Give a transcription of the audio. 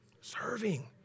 Serving